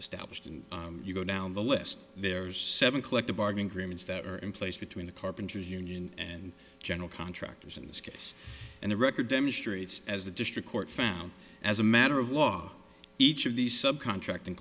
established and you go down the list there are seven collective bargaining agreements that are in place between the carpenters union and general contractors in this case and the record demonstrates as the district court found as a matter of law each of these sub contracting